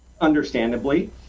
understandably